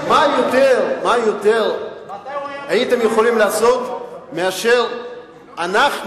מה הייתם יכולים לעשות יותר מאתנו,